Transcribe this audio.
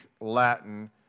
Latin